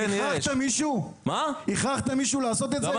הכרחת מישהו לעשות את זה?